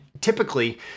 typically